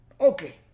okay